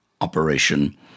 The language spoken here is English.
operation